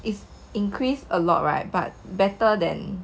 is increased a lot right but better than